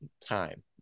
time